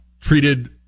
treated